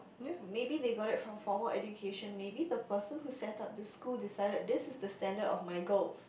maybe they got it from formal education maybe the person who set up this school decided this is the standard of my girls